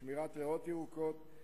שמירת ריאות ירוקות,